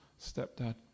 stepdad